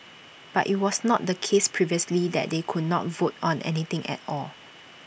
but IT was not the case previously that they could not vote on anything at all